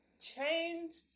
changed